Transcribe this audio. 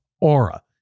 Aura